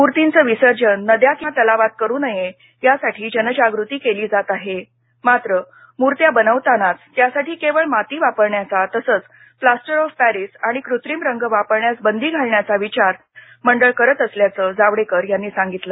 मूर्तीचं विसर्जन नद्या किंवा तलावात करू नये यासाठी जनजागृती केली जात आहे मात्र मूर्त्या बनवतानाच त्यासाठी केवळ माती वापरण्याचा तसंच प्लास्टर ऑफ पॅरीस आणि कृत्रिम रंग वापरण्यास बंदी घालण्याचा विचार मंडळ करत असल्याचं जावडेकर यांनी सांगितलं